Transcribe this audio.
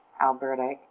Alberta